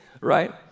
right